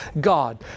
God